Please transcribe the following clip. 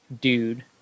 dude